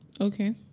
Okay